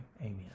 Amen